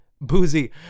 Boozy